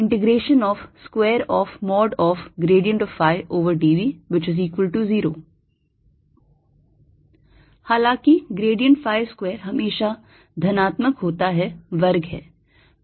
2ϕ2 dV2dV2ϕdV dS2dV or 2dV0 हालाँकि grad phi square हमेशा धनात्मक होता है वर्ग है